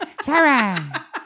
Sarah